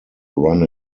run